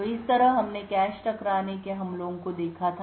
तो इस तरह हमने कैश टकराने के हमलों को देखा था